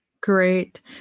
Great